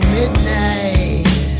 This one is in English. midnight